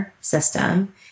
system